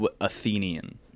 Athenian